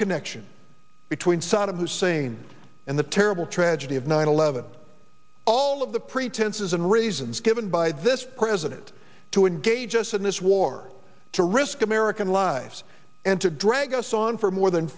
connection between saddam hussein and the terrible tragedy of nine eleven all of the pretenses and reasons given by this president to engage us in this war to risk american lives and to drag us on for more than